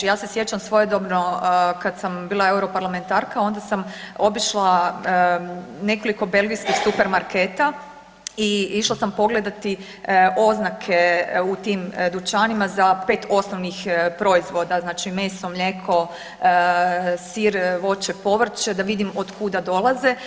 Ja se sjećam svojedobno kad sam bila europarlamentarka onda sam obišla nekoliko belgijskih supermarketa i išla sam pogledati oznake u tim dućanima za 5 osnovnih proizvoda, znači meso, mlijeko, sir, voće, povrće da vidim otkuda dolaze.